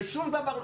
אבל שום דבר.